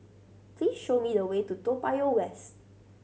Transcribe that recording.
please show me the way to Toa Payoh West